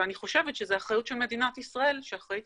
ואני חושבת שזו אחריות של מדינת ישראל שאחראית